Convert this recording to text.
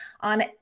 on